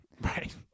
Right